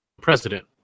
President